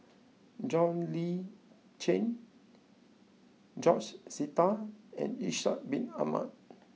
John Le Cain George Sita and Ishak Bin Ahmad